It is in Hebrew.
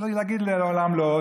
להגיד "לעולם לא עוד",